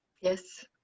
Yes